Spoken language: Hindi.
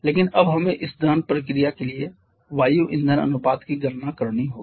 लेकिन अब हमें इस दहन प्रक्रिया के लिए वायु ईंधन अनुपात की गणना करनी होगी